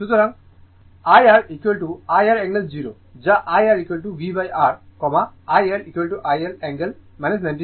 সুতরাং IR IR angle 0 যা IRVR ILIL angle 90o